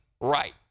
right